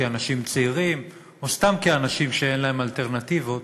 כאנשים צעירים או סתם כאנשים שאין להם אלטרנטיבות,